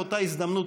באותה הזדמנות,